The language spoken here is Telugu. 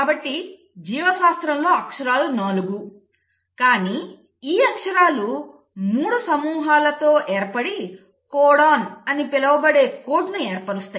కాబట్టి జీవశాస్త్రంలో అక్షరాలు 4 కానీ ఈ అక్షరాలు 3 సమూహాలలో ఏర్పడి కోడాన్ అని పిలువబడే కోడ్ను ఏర్పరుస్తాయి